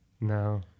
No